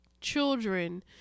children